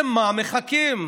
למה מחכים?